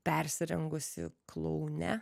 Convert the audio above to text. persirengusi kloune